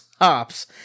hops